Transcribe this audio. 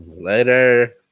Later